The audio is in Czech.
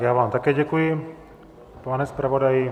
Já vám také děkuji, pane zpravodaji.